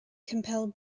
compelled